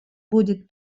будет